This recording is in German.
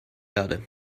erde